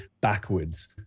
backwards